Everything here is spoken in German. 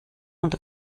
und